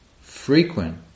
frequent